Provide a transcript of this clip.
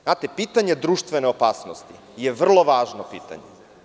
Znate, pitanje društvene opasnosti je vrlo važno pitanje.